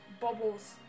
bubbles